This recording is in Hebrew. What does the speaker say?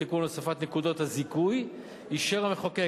בתיקון הוספת נקודות הזיכוי אישר המחוקק,